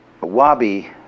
Wabi